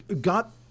got